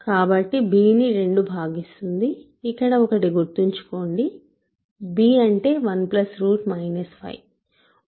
కాబట్టి b ని 2 భాగిస్తుంది ఇక్కడ ఒకటి గుర్తుంచుకోండి b అంటే 1 5